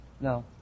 no